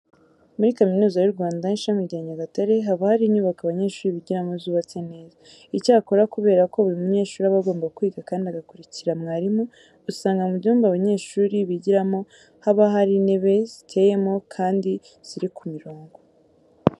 Muri Kaminuza y'u Rwanda, ishami rya Nyagatare haba hari inyubako abanyeshuri bigiramo zubatse neza. Icyakora kubera ko buri munyeshuri aba agomba kwiga kandi agakurikira mwarimu, usanga mu byumba abanyeshuri bigiramo haba hari intebe ziteyemo kandi ziri ku mirongo.